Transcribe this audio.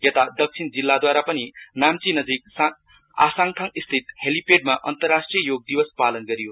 यसा दक्षिण जिल्लाद्वारा पनि नाम्ची नजिक आसाङथाङ स्थित हेलिपे मा अन्तरराष्ट्रिय योग दिवस पलन गरियो